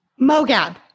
Mogab